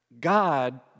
God